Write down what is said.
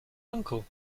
uncle